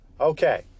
Okay